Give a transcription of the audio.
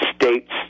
states